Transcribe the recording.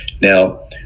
now